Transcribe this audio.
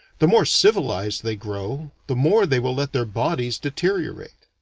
the more civilized they grow the more they will let their bodies deteriorate.